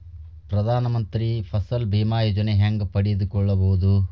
ಪ್ರಧಾನ ಮಂತ್ರಿ ಫಸಲ್ ಭೇಮಾ ಯೋಜನೆ ಹೆಂಗೆ ಪಡೆದುಕೊಳ್ಳುವುದು?